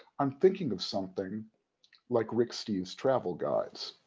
i'm thinking of something like rick steves travel guides,